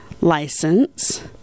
license